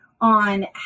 on